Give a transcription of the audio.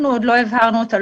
אנחנו עוד לא הבהרנו אותה,